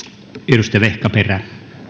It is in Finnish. arvoisa herra